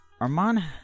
arman